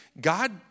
God